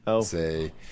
say